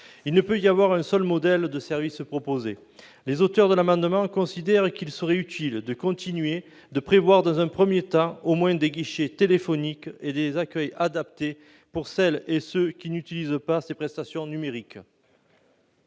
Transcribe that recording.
Il ne peut y avoir un seul modèle de services proposé. Les auteurs de l'amendement considèrent qu'il serait utile de prévoir, dans un premier temps au moins, des guichets téléphoniques et des accueils adaptés pour celles et ceux qui n'utilisent pas ces prestations numériques.